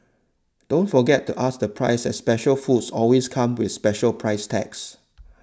don't forget to ask the price as special foods always come with special price tags